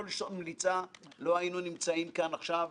לשון מליצה לא היינו נמצאים כאן עכשיו,